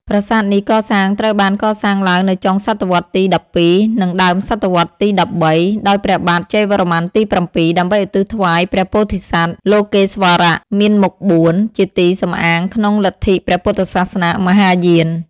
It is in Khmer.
ប្រាសាទនេះកសាងត្រូវបានកសាងឡើងនៅចុងសតវត្សរ៍ទី ១២ និងដើមសតវត្សរ៍ទី ១៣ ដោយព្រះបាទជ័យវរ្ម័នទី៧ ដើម្បីឧទ្ទិសថ្វាយព្រះពោធិសត្វ លោកេស្វរៈមានមុខ៤ ជាទីសំអាងក្នុងលទ្ធិព្រះពុទ្ធសាសនាមហាយាន។